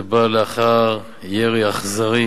זה בא לאחר ירי אכזרי